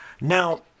Now